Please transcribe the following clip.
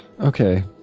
Okay